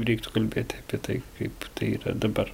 reiktų kalbėti apie tai kaip tai yra dabar